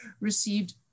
received